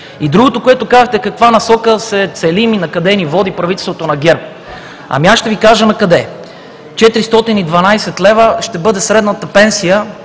Другото, което казахте, е в каква насока се целим и накъде ни води правителството на ГЕРБ. Аз ще Ви кажа накъде: 412 лв. ще бъде средната пенсия